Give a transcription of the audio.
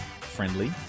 friendly